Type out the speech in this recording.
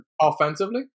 Offensively